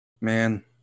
Man